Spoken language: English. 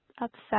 upset